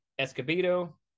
escobedo